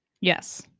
Yes